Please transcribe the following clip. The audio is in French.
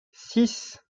six